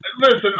Listen